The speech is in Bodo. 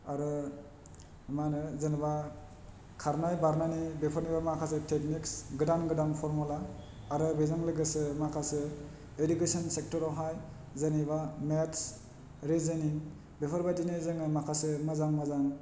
आरो मा होनो जेनेबा खारनाय बारनायनि बेफोरनि माखासे थेकनिक्स गोदान गोदान फरमुला आरो बेजों लोगोसे माखासे इरिगेसन सेक्थरआवहाय जेनेबा मेत्स रिजनिं बेफोर बायदिनो जोङो माखासे मोजां मोजां